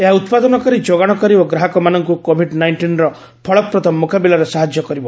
ଏହା ଉତ୍ପାଦନକାରୀ ଯୋଗାଶକାରୀ ଓ ଗ୍ରାହକମାନଙ୍କୁ କୋଭିଡ୍ ନାଇଷ୍ଟିନ୍ର ଫଳପ୍ରଦ ମୁକାବିଲାରେ ସାହାଯ୍ୟ କରିବ